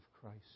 Christ